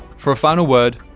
for a final word,